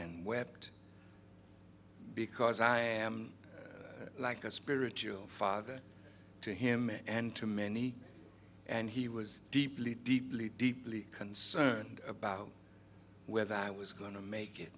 and wept because i am like a spiritual father to him and to many and he was deeply deeply deeply concerned about whether i was going to make it